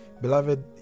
Beloved